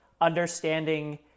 understanding